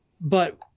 But-